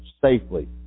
safely